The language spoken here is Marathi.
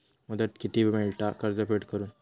मुदत किती मेळता कर्ज फेड करून?